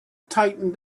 tightened